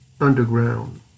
underground